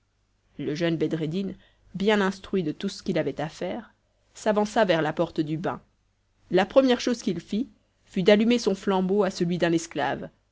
le jeune bedreddin bien instruit de tout ce qu'il avait à faire s'avança vers la porte du bain la première chose qu'il fit fut d'allumer son flambeau à celui d'un esclave